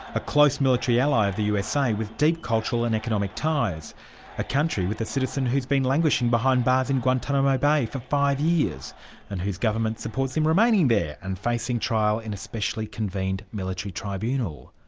a close military ally of the usa, with deep cultural and economic ties a country with a citizen who's been languishing behind bars in guantanamo bay for five years and whose government supports him remaining there and facing trial in a specially convened military tribunal.